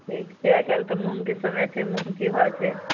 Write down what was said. ठीक छै आइकाल्हि तऽ मूँगके समय छै मूँग की भाव छै